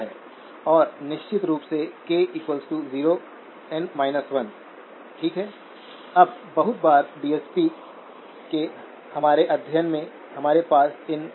इस इनिक्वालटी को पुन व्यवस्थित करके हमें viVDS0 VGS0VT1gmRD